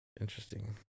Interesting